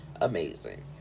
amazing